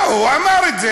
לא, הוא אמר את זה.